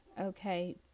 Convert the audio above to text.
Okay